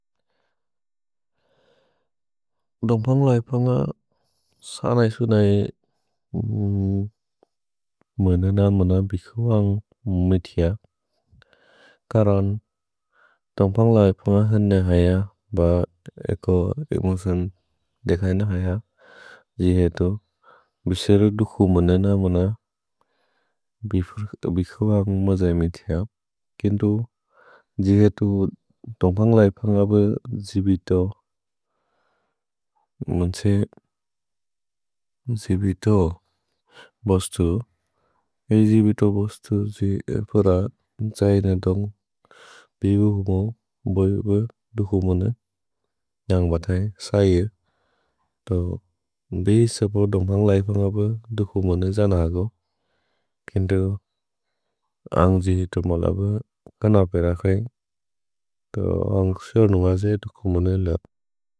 दोम्पन्ग् लैपन्ग सर्नै सुनै मेनेन मेन बिकुअन्ग् मितिअक्। करन्, दोम्पन्ग् लैपन्ग हन हय ब एको एक्मोसेन् देख हन हय। जिहेतु, बिसेरि दुकु मेनेन मेन बिकुअन्ग् मजए मितिअक्। किन्तु जिहेतु दोम्पन्ग् लैपन्ग ब जिबितो। मोन्से जिबितो बोस्तु। ए जिबितो बोस्तु जि फुर त्सैन दोन्ग् बिबु हुमो बोइब दुकु मोन। न्यन्ग् बतए सये। भि सपो दोम्पन्ग् लैपन्ग ब दुकु मोन जन हगो। किन्तु अन्ग् जिहेतु मोल ब कनपेर खेन्ग्। अन्ग् स्युर् नु मजए दुकु मोन लप।